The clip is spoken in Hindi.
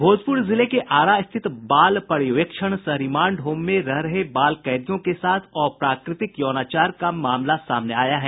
भोजपुर जिले के आरा स्थित बाल पर्यवेक्षण सह रिमांड होम में रह रहे बाल कैदियों के साथ अप्राकृतिक यौनाचार का मामला सामने आया है